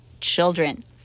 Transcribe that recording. children